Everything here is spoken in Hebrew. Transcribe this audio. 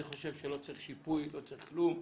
אני חושב שלא צריך שיפוי, לא צריך כלום.